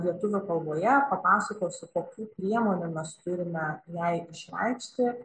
lietuvių kalboje papasakosiu kokių priemonių mes turime jai išreikšti